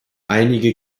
einige